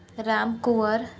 Ram Kunwar